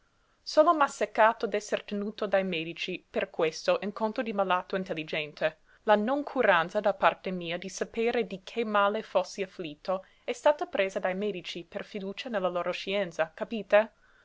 solo m'ha seccato d'esser tenuto dai medici per questo in conto di malato intelligente la noncuranza da parte mia di sapere di che male fossi afflitto è stata presa dai medici per fiducia nella loro scienza capite